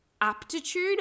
aptitude